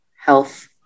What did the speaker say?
health